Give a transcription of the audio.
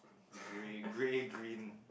grey grey green